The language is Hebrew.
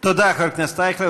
תודה, חבר הכנסת אייכלר.